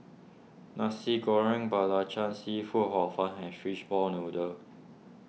Nasi Goreng Belacan Seafood Hor Fun and Fishball Noodle